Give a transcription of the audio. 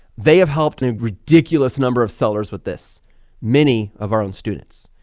they have helped and a ridiculous number of sellers with this many of our own students.